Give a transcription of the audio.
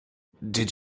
did